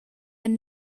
and